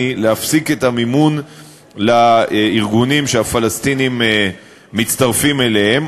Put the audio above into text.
להפסיק את המימון לארגונים שהפלסטינים מצטרפים אליהם.